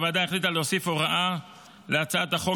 הוועדה החליטה להוסיף הוראה להצעת החוק